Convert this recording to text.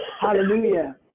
hallelujah